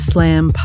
Slam